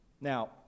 Now